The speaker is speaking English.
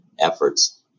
efforts